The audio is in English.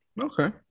Okay